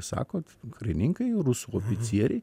sakot karininkai rusų oficieriai